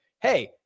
hey